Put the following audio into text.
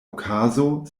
okazo